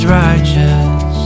righteous